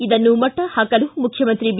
ಇದನ್ನು ಮಟ್ಟಹಾಕಲು ಮುಖ್ಯಮಂತ್ರಿ ಬಿ